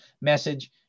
message